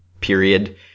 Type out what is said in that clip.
period